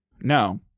No